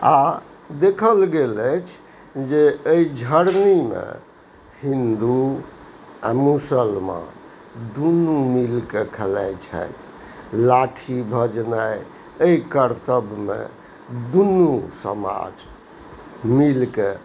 आ देखल गेल अछि जे एहि झरनी मे हिन्दू आ मुसलमान दुनू मिलकऽ खलाइ छथि लाठी भजनाइ एहि करतब मे दुनू समाज मिलकऽ